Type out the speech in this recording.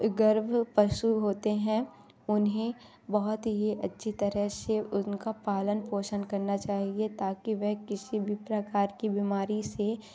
गर्भ पशु होते हैं उन्हें बहुत ही अच्छी तरह से उनका पालन पोषण करना चाहिए ताकि वह किसी भी प्रकार की बीमारी से